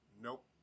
Nope